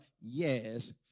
yes